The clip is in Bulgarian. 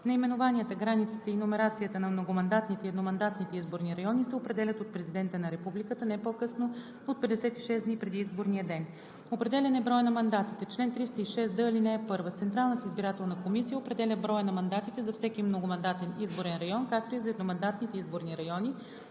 Наименованията, границите и номерацията на многомандатните и едномандатните изборни райони се определят от Президента на републиката не по-късно от 56 дни преди изборния ден. Определяне броя на мандатите Чл. 306д. (1) Централната избирателна комисия определя броя на мандатите за всеки многомандатен изборен район, както и за едномандатните изборни райони